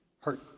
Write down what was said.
hurt